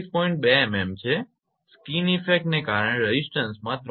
2 mm છે skin effect ને કારણે રેઝિસ્ટન્સમાં 3